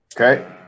Okay